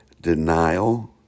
Denial